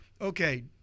okay